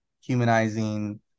humanizing